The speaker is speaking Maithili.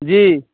जी